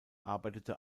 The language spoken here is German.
arbeitete